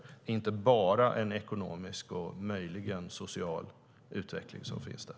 Det handlar inte bara om en ekonomisk och möjligen social utveckling som finns där.